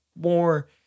more